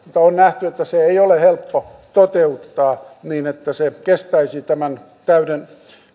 on nähty että sitä ei ole helppo toteuttaa niin että se kestäisi tämän